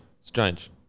Strange